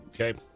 Okay